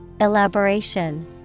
Elaboration